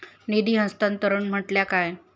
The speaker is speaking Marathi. निधी हस्तांतरण म्हटल्या काय?